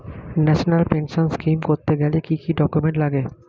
National pension scheme করতে গেলে কি কি ডকুমেন্ট লাগে?